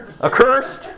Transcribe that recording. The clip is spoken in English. Accursed